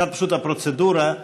הפרוצדורה,